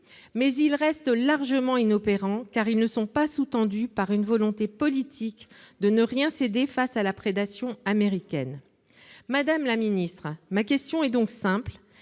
ils restent largement inopérants, car ils ne sont pas sous-tendus par une volonté politique de ne rien céder face à la prédation américaine. Madame la secrétaire d'État, ma question est simple